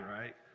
right